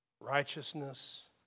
righteousness